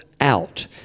out